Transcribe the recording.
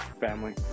Family